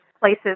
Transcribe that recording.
places